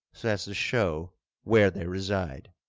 so as to show where they reside.